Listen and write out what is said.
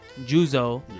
Juzo